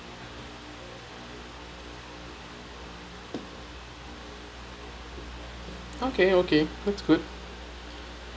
okay okay that's good